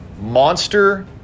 Monster